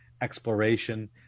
exploration